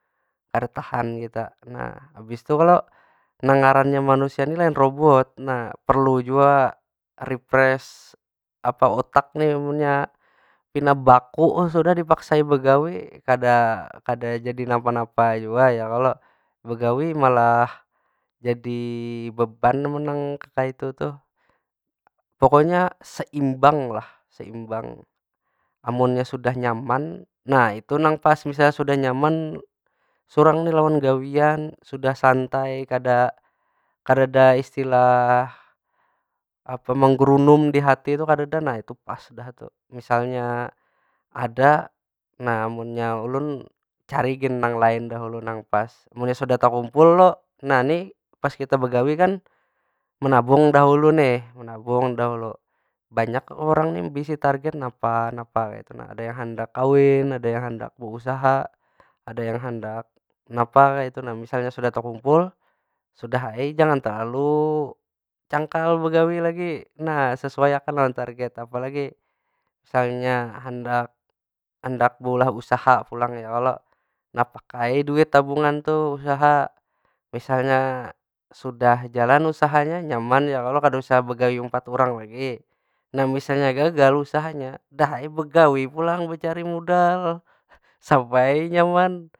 Kada tahan kita. Nah, habis tu kalo nang ngarannya manusia ni lain robot. Nah, perlu jua refresh apa, otak ni munnya pina baku sudah dipaksai begawi kada jadi napa- napa jua ya kalo? Begawi malah jadi beban mun nang kaytu tuh. Pokoknya saimbang lah, saimbang. Amunnya sudah nyaman, nah itu nang pas. Misalnya sudah nyaman surang ni lawan gawian, sudah santai. Kada, kadada istilah apa menggerunum di hati tu nah kadada, nah itu pas dah tuh. Misalnya ada, nah munnya ulun cari gin nang lain dahulu nang pas. Munnya sudah takumpul lo, nah ni pas kita bagawi kan menabung dahulu nih. Menabung dahulu. Banyak orang ni bisi target napa- napa kaytu na. Ada yang handak kawin, ada yang handak beusaha, ada yang handak napa kaytu nah. Misalnya sudah takumpul, sudah ai jangan telalu cangkal begawi lagi. Nah, sesuaiakan lawan target. Apa lagi misalnya handak- handak beulah usaha pulang ya kalo? Nah pakai duit tabungan tu usaha. Misalnya sudah jalan usahanya nyaman ya kalo, kada usah begawi umpat urang lagi. Nah misalnya gagal usahanya dah ai begawi pulang becari modal sampai nyaman.